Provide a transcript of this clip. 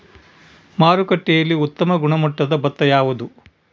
ಮಾರುಕಟ್ಟೆಯಲ್ಲಿ ಉತ್ತಮ ಗುಣಮಟ್ಟದ ಭತ್ತ ಯಾವುದು?